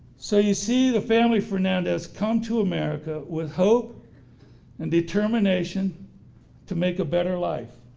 so you see, the family fernandez come to america with hope and determination to make a better life.